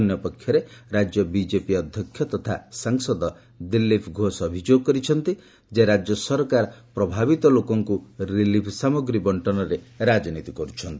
ଅନ୍ୟପକ୍ଷରେ ରାଜ୍ୟ ବିଜେପି ଅଧ୍ୟକ୍ଷ ତଥା ସାଂସଦ ଦିଲ୍ଲୀପ ଘୋଷ ଅଭିଯୋଗ କରିଛନ୍ତି ଯେ ରାଜ୍ୟ ସରକାର ପ୍ରଭାବିତ ଲୋକଙ୍କୁ ରିଲିଫ୍ ସାମଗ୍ରୀ ବର୍ଷନରେ ରାଜନୀତି କରୁଛନ୍ତି